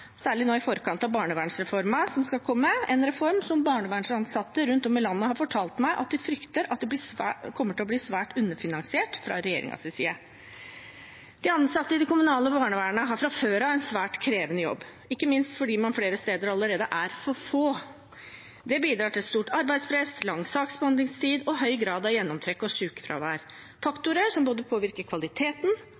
særlig nå i forkant av barnevernsreformen som skal komme – en reform som barnevernsansatte rundt omkring i landet har fortalt meg at de frykter kommer til å bli svært underfinansiert fra regjeringens side. De ansatte i det kommunale barnevernet har fra før av en svært krevende jobb, ikke minst fordi man flere steder er for få allerede. Det bidrar til stort arbeidspress, lang saksbehandlingstid og høy grad av gjennomtrekk